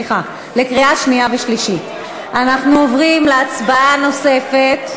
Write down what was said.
אנחנו עוברים להצבעה נוספת.